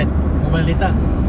mobile data